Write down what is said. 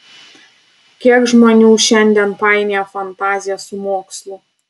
kiek žmonių šiandien painioja fantaziją su mokslu